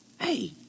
Hey